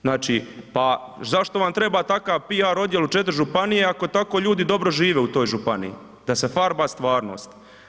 Znači, pa zašto vam treba takav piar odjel u 4 županije ako tako ljudi dobro žive u toj županiji, da se farba stvarnost.